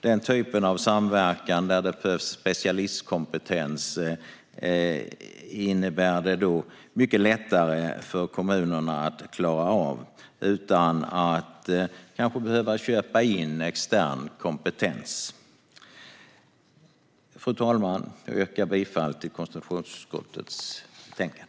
Den typ av samverkan där det behövs specialistkompetens blir det alltså mycket lättare för kommunerna att klara av utan att till exempel behöva köpa in extern kompetens. Fru talman! Jag yrkar bifall till konstitutionsutskottets förslag.